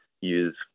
use